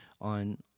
on